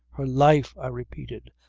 her life! i repeated.